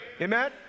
Amen